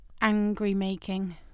angry-making